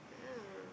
yeah